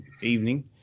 evening